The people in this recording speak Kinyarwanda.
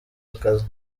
akazi